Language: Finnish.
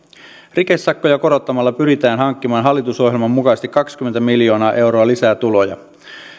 rikesakkoja korottamalla pyritään hankkimaan hallitusohjelman mukaisesti kaksikymmentä miljoonaa euroa lisää tuloja